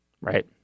right